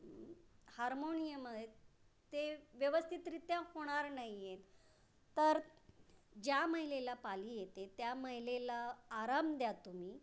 harmonium आहेत ते व्यवस्थितरित्या होणार नाही आहे तर ज्या महिलेला पाळी येते त्या महिलेला आराम द्या तुम्ही